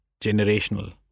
generational